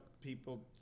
people